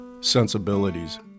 sensibilities